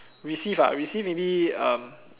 received ah receive maybe um